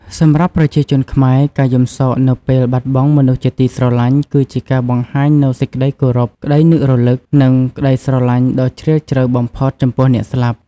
សម្រាប់ប្រជាជនខ្មែរ ការយំសោកនៅពេលបាត់បង់មនុស្សជាទីស្រឡាញ់ គឺជាការបង្ហាញនូវសេចក្តីគោរព ក្តីនឹករលឹក និងក្តីស្រឡាញ់ដ៏ជ្រាលជ្រៅបំផុតចំពោះអ្នកស្លាប់។